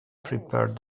prepared